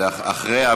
רגע,